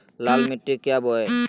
लाल मिट्टी क्या बोए?